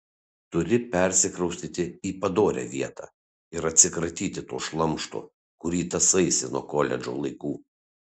turi persikraustyti į padorią vietą ir atsikratyti to šlamšto kurį tąsaisi nuo koledžo laikų